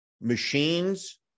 machines